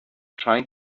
trying